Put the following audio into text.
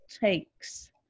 takes